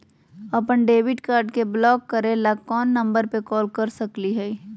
अपन debit card के block करे ला कौन नंबर पे कॉल कर सकली हई?